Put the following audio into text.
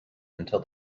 until